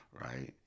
right